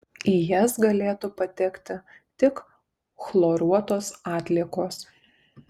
į jas galėtų patekti tik chloruotos atliekos